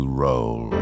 roll